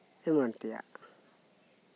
ᱮᱢᱟᱱ ᱛᱮᱭᱟᱜ